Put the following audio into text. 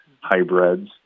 hybrids